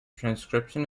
transcription